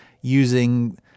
using